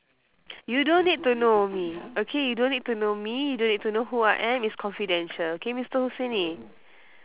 you don't need to know me okay you don't need to know me you don't need to know who I am it's confidential okay mister husaini